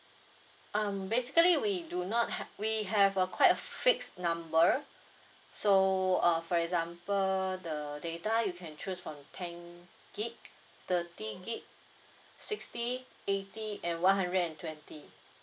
um basically we do not hav~ we have a quite a fixed number so uh for example the data you can choose from ten gig thirty gig sixty eighty and one hundred and twenty